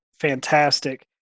fantastic